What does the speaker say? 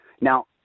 Now